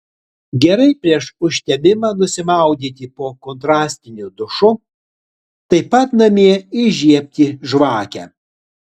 gerai prieš užtemimą nusimaudyti po kontrastiniu dušu taip pat namie įžiebti žvakę